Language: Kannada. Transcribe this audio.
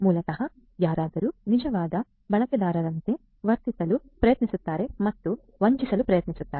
ಮೂಲತಃ ಯಾರಾದರೂ ನಿಜವಾದ ಬಳಕೆದಾರರಂತೆ ವರ್ತಿಸಲು ಪ್ರಯತ್ನಿಸುತ್ತಾರೆ ಮತ್ತು ವಂಚಿಸಲು ಪ್ರಯತ್ನಿಸುತ್ತಾರೆ